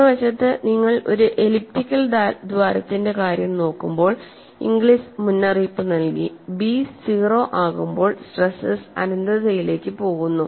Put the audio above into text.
മറുവശത്ത് നിങ്ങൾ ഒരു എലിപ്റ്റിക്കൽ ദ്വാരത്തിന്റെ കാര്യം നോക്കുമ്പോൾ ഇംഗ്ലിസ് മുന്നറിയിപ്പ് നൽകി b 0 ആകുമ്പോൾ സ്ട്രേസ്സസ് അനന്തതയിലേക്ക് പോകുന്നു